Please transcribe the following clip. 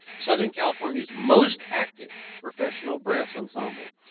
southern california's most active professional brass ensemble.